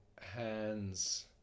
hands